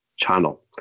channel